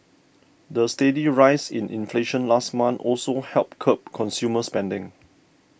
the steady rise in inflation last month also helped curb consumer spending